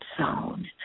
zone